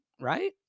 right